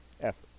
effort